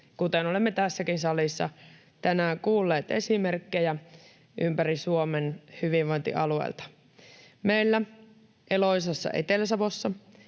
kuten olemme tässäkin salissa tänään kuulleet esimerkkejä ympäri Suomen hyvinvointialueilta. Meillä Eloisassa Etelä-Savossa